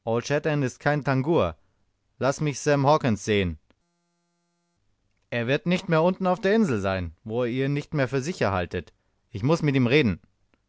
ist kein tangua laß mich sam hawkens sehen er wird nicht mehr unten auf der insel sein wo ihr ihn nicht mehr für sicher haltet ich muß mit ihm reden